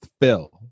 Phil